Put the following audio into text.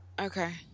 Okay